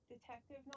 detective